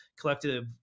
collective